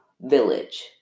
village